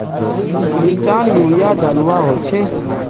मिर्चान यूरिया डलुआ होचे?